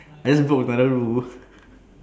I just broke another rule